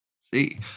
See